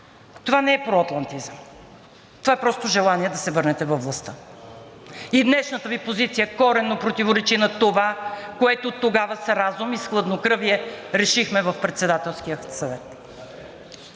това не е проатлантизъм. Това е просто желание да се върнете във властта. Днешната Ви позиция коренно противоречи на това, което тогава с разум и с хладнокръвие решихме на Председателския съвет.